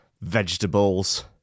vegetables